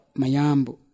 mayambu